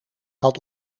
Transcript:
had